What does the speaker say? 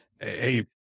Hey